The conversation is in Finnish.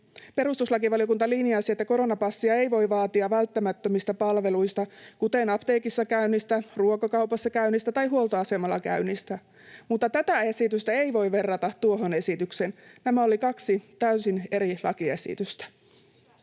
perustuslakivaliokunta linjasi, että koronapassia ei voi vaatia välttämättömissä palveluissa, kuten apteekissa käynnissä, ruokakaupassa käynnissä tai huoltoasemalla käynnissä, mutta tätä esitystä ei voi verrata tuohon esitykseen. Nämä olivat kaksi täysin eri lakiesitystä.